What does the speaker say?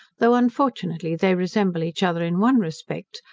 though unfortunately they resemble each other in one respect,